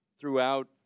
throughout